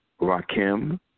Rakim